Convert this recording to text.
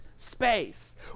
space